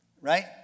Right